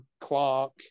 Clark